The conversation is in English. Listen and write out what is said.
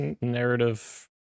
narrative